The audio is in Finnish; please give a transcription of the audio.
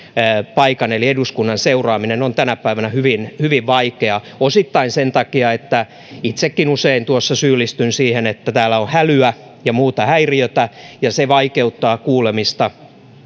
paikan eli eduskunnan seuraaminen on tänä päivänä hyvin hyvin vaikeaa osittain sen takia itsekin usein syyllistyn siihen että täällä on hälyä ja muuta häiriötä ja se vaikeuttaa kuulemista